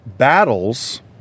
Battles